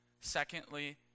Secondly